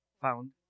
found